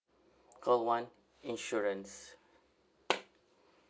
call one insurance